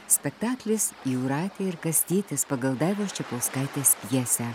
spektaklis jūratė ir kastytis pagal daivos čepauskaitės pjesę